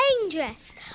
dangerous